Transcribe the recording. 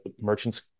Merchant's